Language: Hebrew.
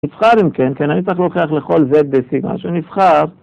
נבחר אם כן, כי אני צריך להוכיח לכל זה בסיגמה שנבחר.